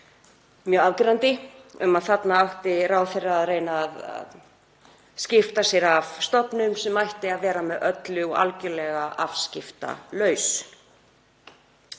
mjög afgerandi um að þarna væri ráðherra að reyna að skipta sér af stofnun sem ætti að vera með öllu og algerlega afskiptalaus.